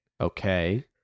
Okay